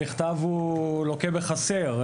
המכתב הוא לוקה בחסר,